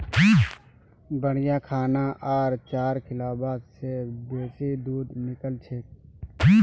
बढ़िया खाना आर चारा खिलाबा से बेसी दूध निकलछेक